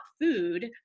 food